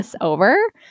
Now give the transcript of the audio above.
over